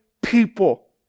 people